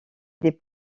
des